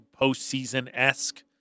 postseason-esque